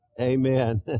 Amen